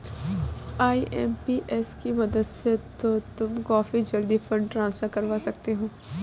IMPS की मदद से तो तुम काफी जल्दी फंड ट्रांसफर करवा सकते हो